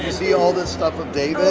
see all this stuff from david?